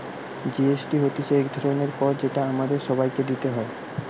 GST হতিছে এক ধরণের কর যেটা আমাদের সবাইকে দিতে হয়